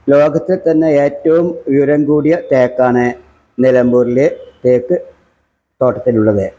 ലോകത്തിൽ തന്നെ ഏറ്റവും ഉയരം കൂടിയ തേക്കാണ് നിലമ്പൂരിലെ തേക്ക് തോട്ടത്തിൽ ഉള്ളത്